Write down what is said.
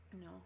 No